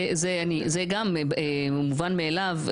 זה גם מובן מאליו.